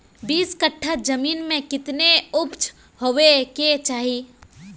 बीस कट्ठा जमीन में कितने उपज होबे के चाहिए?